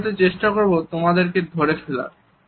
আমি হয়তো চেষ্টা করব তোমাদেরকে ধরে ফেলার